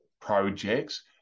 projects